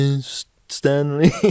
Stanley